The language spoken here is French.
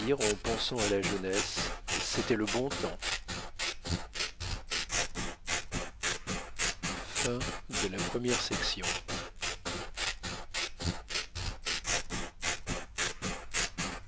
en pensant à la jeunesse c'était le bon temps